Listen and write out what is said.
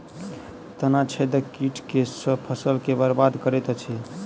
तना छेदक कीट केँ सँ फसल केँ बरबाद करैत अछि?